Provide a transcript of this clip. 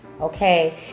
Okay